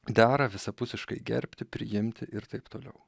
dera visapusiškai gerbti priimti ir taip toliau